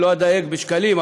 אני לא אדייק בשקלים,